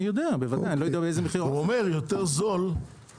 אני לא יודע באיזה מחיר --- הוא אומר שיותר זול לצרכן